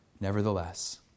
Nevertheless